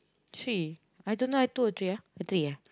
three I don't eh two or three ah